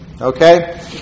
Okay